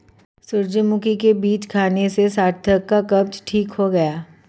सूरजमुखी के बीज खाने से सार्थक का कब्ज ठीक हो गया